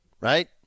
right